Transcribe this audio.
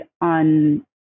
on